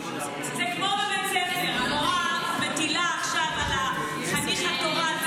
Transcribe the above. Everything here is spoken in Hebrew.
זה כמו בבית שמש: המורה מטילה עכשיו על החניך התורן,